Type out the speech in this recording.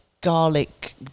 garlic